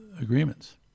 agreements